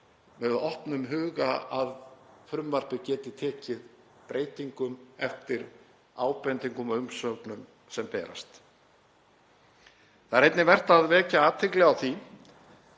með opnum huga að frumvarpið geti tekið breytingum eftir ábendingum og umsögnum sem berast. Það er einnig vert að vekja athygli á því